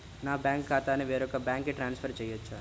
నా బ్యాంక్ ఖాతాని వేరొక బ్యాంక్కి ట్రాన్స్ఫర్ చేయొచ్చా?